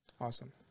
Awesome